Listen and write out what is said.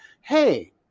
hey